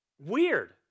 weird